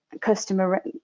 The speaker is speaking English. customer